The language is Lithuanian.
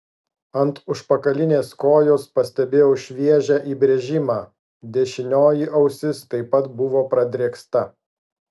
ant užpakalinės kojos pastebėjau šviežią įbrėžimą dešinioji ausis taip pat buvo pradrėksta